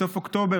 בסוף אוקטובר,